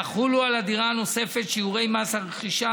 יחולו על הדירה הנוספת שיעורי מס הרכישה